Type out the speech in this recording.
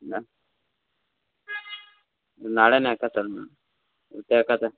ನಾಳೆನೇ ಮೇಡಮ್